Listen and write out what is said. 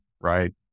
right